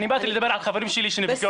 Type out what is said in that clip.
אני באתי לדבר על חברים שלי שנפגעו.